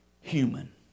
human